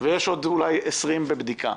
ויש עוד אולי 20 בבדיקה.